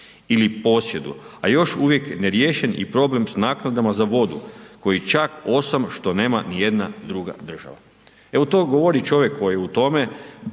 ili posjedu a još uvijek neriješen problem s naknadama i za vodu koji čak .../Govornik se ne razumije./... što nema nijedna druga država. Evo to govori čovjek koji je u tome,